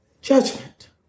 Judgment